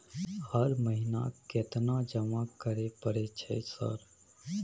हर महीना केतना जमा करे परय छै सर?